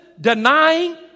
denying